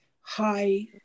high